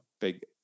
big